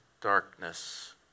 darkness